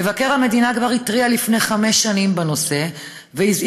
מבקר המדינה כבר התריע לפני חמש שנים בנושא והזהיר